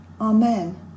Amen